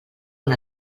una